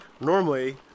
normally